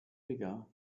bigger